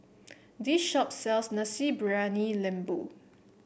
this shop sells Nasi Briyani Lembu